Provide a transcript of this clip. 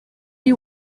you